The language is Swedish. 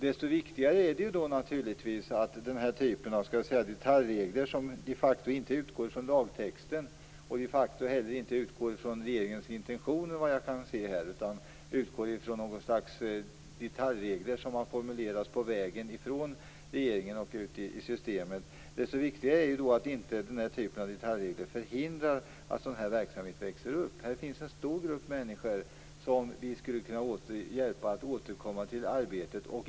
Det är viktigt att det inte växer upp en sådan typ av detaljregler som inte utgår från lagtexten och inte heller från regeringens intentioner utan som formuleras på vägen från regeringen och ut i systemet. Här finns en stor grupp människor som vi skulle kunna hjälpa att återgå i arbete.